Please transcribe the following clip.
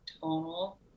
tonal